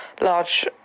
large